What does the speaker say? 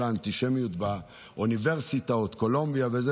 האנטישמיות באוניברסיטאות כמו קולומביה וכו'.